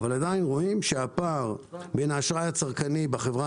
אבל עדיין רואים שהפער בין האשראי הצרכני בחברה